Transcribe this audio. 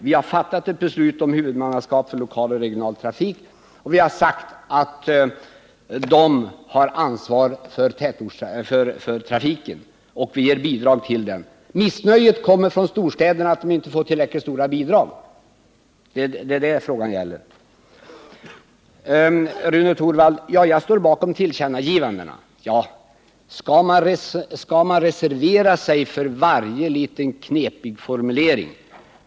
Vi har fattat ett beslut om huvudmannaskap för lokaloch regionaltrafik. Vi har sagt att huvudmännen har ansvaret för trafiken och vi ger bidrag till den. Missnöjet kommer från storstäderna, som tycker att de inte får tillräckligt stora bidrag. Det är det frågan gäller. Rune Torwald sade att jag står bakom tillkännagivandena. Skall man reservera sig för varje litet knepig formulering?